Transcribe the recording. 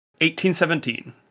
1817